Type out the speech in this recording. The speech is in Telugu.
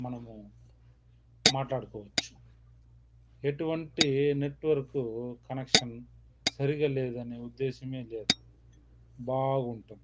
మనము మాట్లాడుకోవచ్చు ఎటువంటి నెట్వర్క్ కనెక్షన్ సరిగా లేదనే ఉద్దేశ్యమే లేదు బాగుంటుంది